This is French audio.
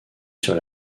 sur